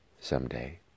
someday